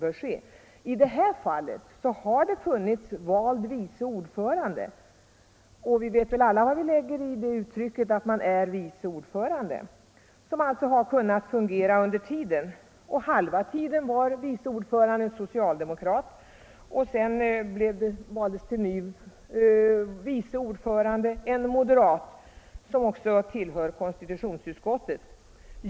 I riksbanksfullmäktige har det funnits en vald vice ordförande som har kunnat fungera under tiden. Under halva vakanstiden var vice ordföranden socialdemokrat, och därefter valdes till vice ordförande en moderat som också tillhör konstitutionsutskottet.